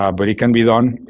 um but it can be done.